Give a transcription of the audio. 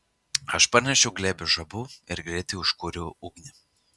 aš parnešiau glėbį žabų ir greitai užkūriau ugnį